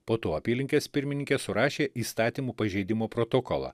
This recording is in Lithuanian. po to apylinkės pirmininkė surašė įstatymų pažeidimo protokolą